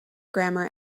grammar